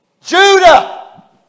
Judah